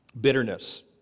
Bitterness